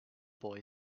boy